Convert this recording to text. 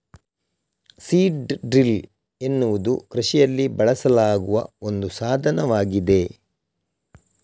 seed drill ಎನ್ನುವುದು ಕೃಷಿಯಲ್ಲಿ ಬಳಸಲಾಗುವ ಒಂದು ಸಾಧನವಾಗಿದೆ